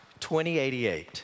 2088